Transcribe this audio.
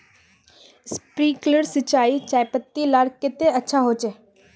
Sprinkler सिंचाई चयपत्ति लार केते अच्छा होचए?